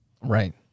right